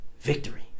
victory